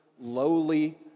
lowly